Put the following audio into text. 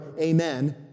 amen